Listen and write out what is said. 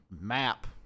map